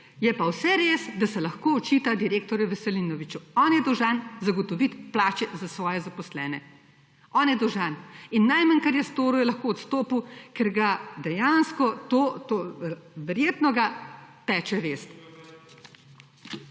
Je pa vse res, da se lahko očita direktorju Veselinoviču. On je dolžan zagotoviti plače za svoje zaposlene, on je dolžan. In najmanj, ker je storil, je lahko odstopil, ker ga dejansko to, verjetno ga peče vest.